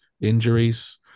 injuries